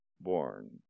born